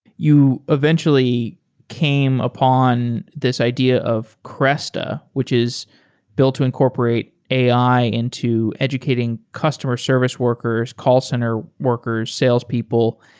you eventually came upon this idea of cresta, which is built to incorporate ai into educating customer service workers, call center workers, salespeople.